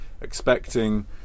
expecting